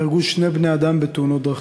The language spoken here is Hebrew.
נהרגו שני בני-אדם בתאונות דרכים.